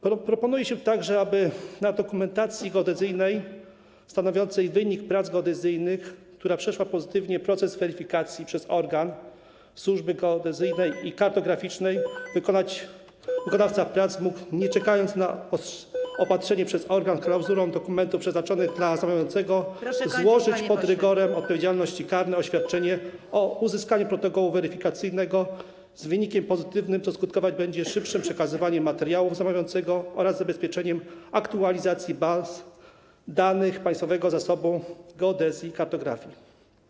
Proponuje się także, aby na dokumentacji geodezyjnej stanowiącej wynik prac geodezyjnych, która przeszła pozytywnie proces weryfikacji przez organ Służby Geodezyjnej i Kartograficznej, wykonawca prac mógł, nie czekając na opatrzenie przez organ klauzulą dokumentów przeznaczonych dla zamawiającego, złożyć pod rygorem odpowiedzialności karnej oświadczenie o uzyskaniu protokołu weryfikacyjnego z wynikiem pozytywnym, co skutkować będzie szybszym przekazywaniem materiałów zamawiającemu oraz zabezpieczeniem aktualizacji baz danych Państwowego Zasobu Geodezji i Kartografii.